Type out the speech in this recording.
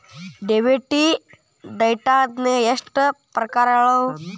Debit ಡೈಟ್ನ್ಯಾಗ್ ಎಷ್ಟ್ ಪ್ರಕಾರಗಳವ?